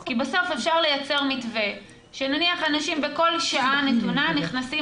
כי בסוף אפשר לייצר מתווה שנניח בכל שעה נתונה נכנסים